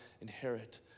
inherit